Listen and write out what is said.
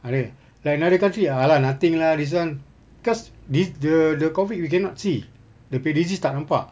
like another country !alah! nothing lah this one cause this the the COVID we cannot see dia punya disease tak nampak